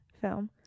film